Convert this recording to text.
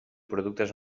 productes